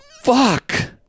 fuck